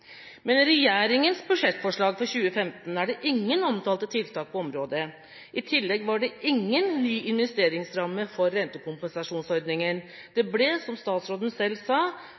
Men i regjeringas budsjettforslag for 2015 er det ingen omtalte tiltak på området. I tillegg var det ingen ny investeringsramme for rentekompensasjonsordninga. Dette ble, som statsråden selv sa,